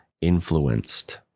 influenced